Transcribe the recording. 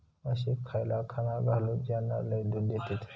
म्हशीक खयला खाणा घालू ज्याना लय दूध देतीत?